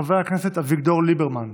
חבר הכנסת אביגדור ליברמן,